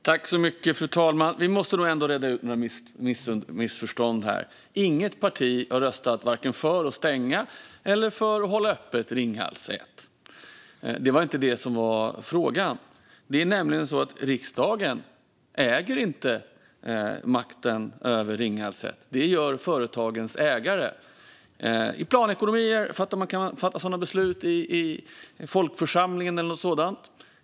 Fru talman! Vi måste reda ut några missförstånd här. Inget parti har röstat vare sig för att stänga Ringhals 1 eller för att hålla det öppet. Det var inte detta som var frågan. Det är nämligen så att riksdagen inte äger makten över Ringhals 1. Det gör företagens ägare. I planekonomier kan man fatta sådana beslut i folkförsamlingen eller något sådant.